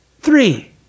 three